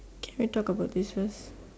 can we talk about this first